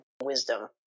wisdom